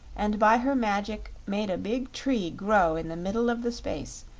and by her magic made a big tree grow in the middle of the space,